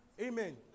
amen